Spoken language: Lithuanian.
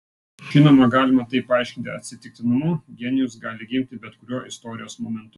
žinoma galima tai paaiškinti atsitiktinumu genijus gali gimti bet kuriuo istorijos momentu